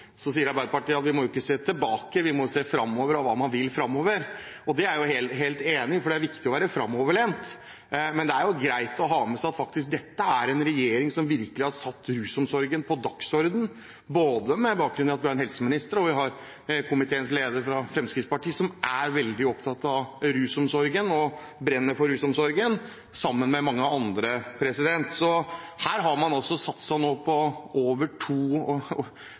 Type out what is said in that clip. vil framover. Det er jeg helt enig i, for det er viktig å være framoverlent. Men det er greit å ha med seg at dette faktisk er en regjering som virkelig har satt rusomsorgen på dagsordenen, med bakgrunn i at vi har en helseminister, og en komitéleder fra Fremskrittspartiet, som er veldig opptatt av og brenner for rusomsorgen, sammen med mange andre. Her har man nå satset over 2,4 mrd. kr de neste fem årene. Det er et skikkelig løft for rusomsorgen, i tillegg til mange andre grep man også har gjort. Så dette er en regjering, to regjeringspartier, Fremskrittspartiet og